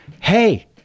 Hey